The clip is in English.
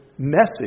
Message